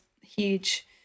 huge